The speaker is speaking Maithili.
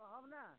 कहब ने